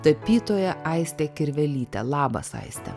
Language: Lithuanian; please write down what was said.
tapytoja aiste kirvelyte labas aiste